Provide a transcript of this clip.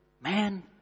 man